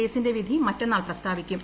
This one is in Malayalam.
കേസിന്റെ വിധി മറ്റന്നാൾ പ്രസ്താവിക്കും